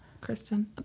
Kristen